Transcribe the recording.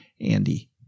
Andy